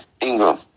Ingram